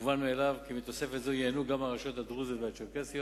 מובן מאליו כי מתוספת זו ייהנו גם הרשויות הדרוזיות והצ'רקסיות.